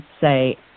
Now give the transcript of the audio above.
say